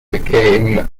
became